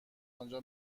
آنجا